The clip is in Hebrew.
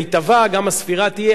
גם הספירה תהיה על הדקה.